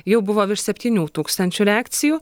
jau buvo virš septynių tūkstančių reakcijų